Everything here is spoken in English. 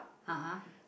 a'ah